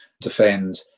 defend